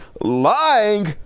lying